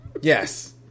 yes